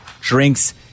drinks